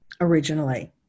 originally